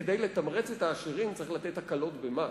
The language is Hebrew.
כדי לתמרץ את העשירים צריך לתת הקלות במס,